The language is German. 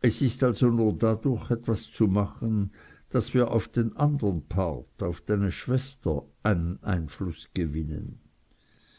es ist also nur dadurch etwas zu machen daß wir auf den andern part auf deine schwester einen einfluß gewinnen